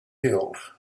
healed